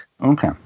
okay